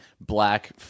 black